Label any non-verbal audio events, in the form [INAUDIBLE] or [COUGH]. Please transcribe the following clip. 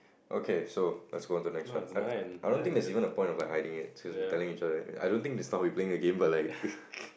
okay so let's go on to the next one I I don't think there's even a point of hiding it since we telling each other and I don't think that's how we're playing a game but like [LAUGHS]